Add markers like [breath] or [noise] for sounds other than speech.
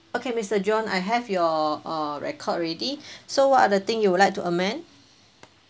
okay mister john I have your uh record already [breath] so what are the thing you would like to amend